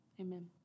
amen